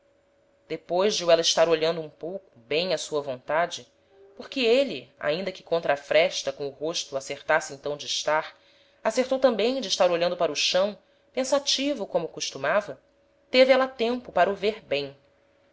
depois de o éla estar olhando um pouco bem á sua vontade porque êle ainda que contra a fresta com o rosto acertasse então de estar acertou tambem de estar olhando para o chão pensativo como costumava teve éla tempo para o ver bem